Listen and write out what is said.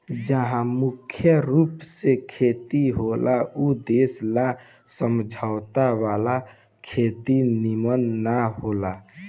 जहा मुख्य रूप से खेती होला ऊ देश ला समझौता वाला खेती निमन न होला